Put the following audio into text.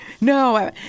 No